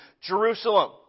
Jerusalem